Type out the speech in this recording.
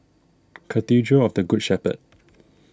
Cathedral of the Good Shepherd